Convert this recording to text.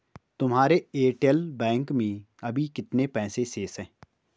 तुम्हारे Airtel bank में अभी कितने पैसे शेष हैं?